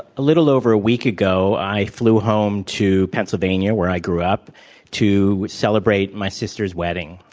a little over a week ago i flew home to pennsylvania where i grew up to celebrate my sister's wedding.